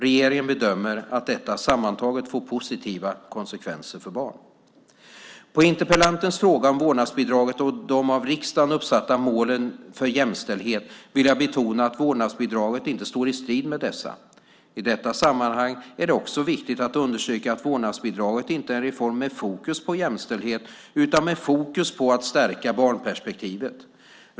Regeringen bedömer att detta sammantaget får positiva konsekvenser för barn. På interpellantens fråga om vårdnadsbidraget och de av riksdagen uppsatta målen för jämställdhet vill jag betona att vårdnadsbidraget inte står i strid med dessa. I detta sammanhang är det också viktigt att understryka att vårdnadsbidraget inte är en reform med fokus på jämställdhet utan med fokus på att stärka barnperspektivet.